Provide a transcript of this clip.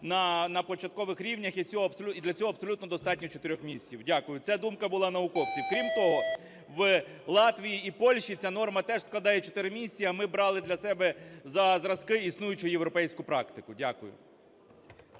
на початкових рівнях, і для цього абсолютно достатньо чотирьох місяців. Дякую. Це думка була науковців. Крім того, в Латвії і Польщі ця норма теж складає чотири місяці, а ми брали для себе за зразки існуючу європейську практику. Дякую.